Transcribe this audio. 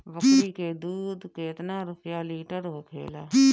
बकड़ी के दूध केतना रुपया लीटर होखेला?